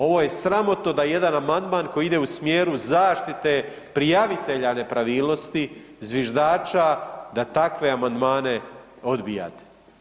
Ovo je sramotno da jedan amandman koji ide u smjeru zaštite prijavitelja nepravilnosti, zviždača, da takve amandmane odbijate.